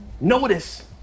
Notice